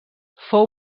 fou